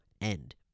end